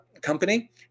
company